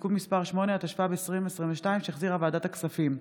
(תיקון מס' 8), התשפ"ב 2022, שהחזירה ועדת הכספים.